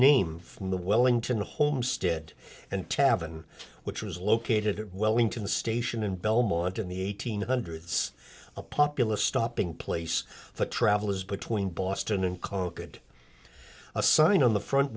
name from the wellington homestead and tavern which was located at wellington station in belmont in the eighteen hundreds a populous stopping place the travel is between boston and cockade a sign on the front